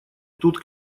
тут